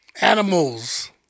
Animals